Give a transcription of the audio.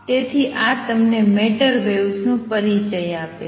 તેથી આ તમને મેટર વેવ્સનો પરિચય આપે છે